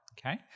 okay